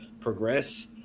progress